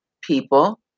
people